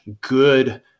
good